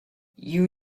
you